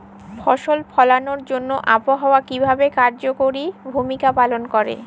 ফসল ফলানোর জন্য আবহাওয়া কিভাবে কার্যকরী ভূমিকা পালন করে?